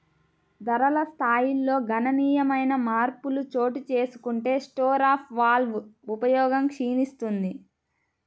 ధరల స్థాయిల్లో గణనీయమైన మార్పులు చోటుచేసుకుంటే స్టోర్ ఆఫ్ వాల్వ్ ఉపయోగం క్షీణిస్తుంది